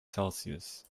celsius